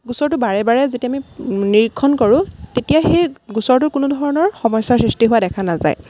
গোচৰটো বাৰে বাৰে যেতিয়া আমি নিৰীক্ষণ কৰোঁ তেতিয়া সেই গোচৰটোৰ কোনো ধৰণৰ সমস্যাৰ সৃষ্টি হোৱা দেখা নাযায়